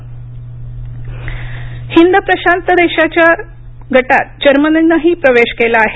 Germany Bharat Hind प्रशांत देशांच्या गटात जर्मनीनंही प्रवेश केला आहे